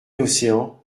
océan